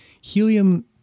Helium